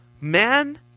Man